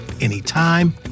anytime